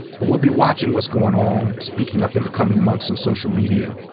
but we'll be watching what's going on. speaking up in the coming months on social media.